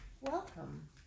Welcome